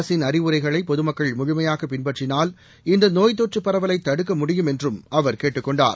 அரசின் அறிவுரைகளை பொதுமக்கள் முழுமையாக பின்பற்றினால் இந்த நோய் தொற்று பரவலை தடுக்க முடியும் என்றும் அவர் கேட்டுக் கொண்டார்